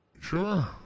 Sure